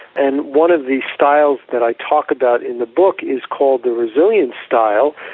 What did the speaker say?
and one of the styles that i talk about in the book is called the resilient style,